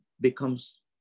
becomes